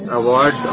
award